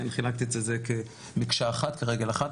זה כמקשה אחת על רגל אחת.